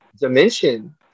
dimension